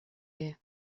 you